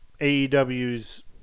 AEW's